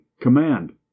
command